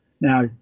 Now